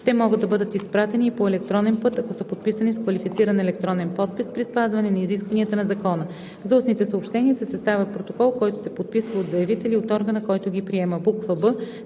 Те могат да бъдат изпратени и по електронен път, ако са подписани с квалифициран електронен подпис при спазване на изискванията на закона. За устните съобщения се съставя протокол, който се подписва от заявителя и от органа, който ги приема.“; б)